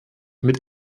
mit